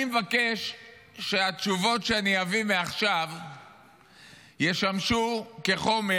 אני מבקש שהתשובות שאני אביא מעכשיו ישמשו כחומר